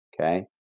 okay